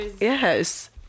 yes